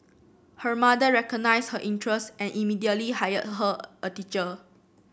her mother recognised her interest and immediately hired her a teacher